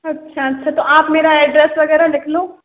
अच्छा अच्छा तो आप मेरा एड्रैस वगैरह लिख लो